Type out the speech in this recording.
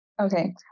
Okay